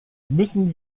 müssen